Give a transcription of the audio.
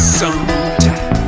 sometime